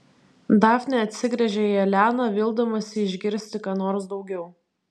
dafnė atsigręžia į eleną vildamasi išgirsti ką nors daugiau